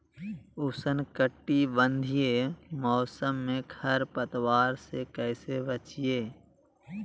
उष्णकटिबंधीय मौसम में खरपतवार से कैसे बचिये?